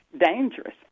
dangerous